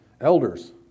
elders